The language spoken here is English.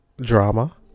Drama